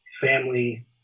family